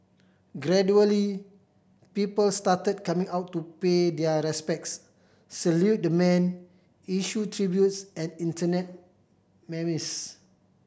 gradually people started coming out to pay their respects salute the man issue tributes and Internet memes